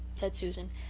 said susan,